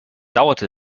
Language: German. dauerte